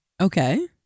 Okay